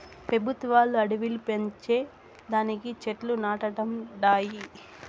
పెబుత్వాలు అడివిలు పెంచే దానికి చెట్లు నాటతండాయి